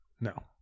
No